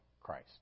Christ